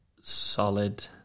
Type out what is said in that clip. solid